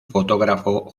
fotógrafo